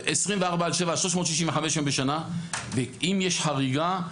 24/7, 365 יום בשנה, ואם יש חריגה,